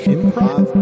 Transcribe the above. Improv